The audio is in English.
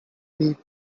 reap